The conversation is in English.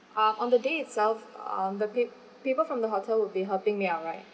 um on the day itself um the peop~ people from the hotel will be helping me out right